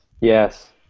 Yes